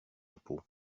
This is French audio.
chapeaux